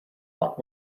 out